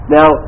Now